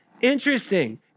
Interesting